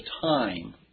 time